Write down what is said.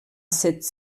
cette